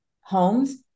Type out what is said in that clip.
homes